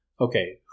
okay